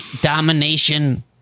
domination